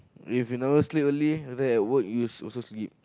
if you never sleep early after that at work you also sleep